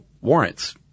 warrants